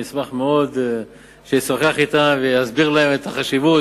אני אשמח מאוד אם הוא ישוחח אתם ויסביר להם את החשיבות.